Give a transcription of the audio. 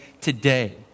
today